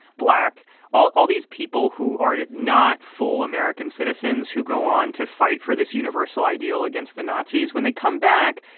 black all all these people who are not full american citizens who go on to fight for this universal ideal against the nazis when they come back,